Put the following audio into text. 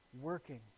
working